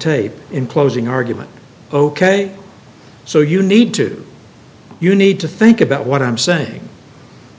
tape in closing argument ok so you need to you need to think about what i'm saying